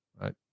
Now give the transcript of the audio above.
right